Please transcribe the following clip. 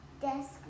desk